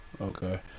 Okay